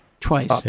Twice